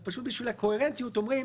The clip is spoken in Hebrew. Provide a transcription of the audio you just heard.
אז פשוט בשביל הקוהרנטיות אומרים: